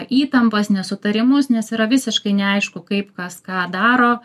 įtampas nesutarimus nes yra visiškai neaišku kaip kas ką daro